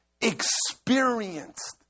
experienced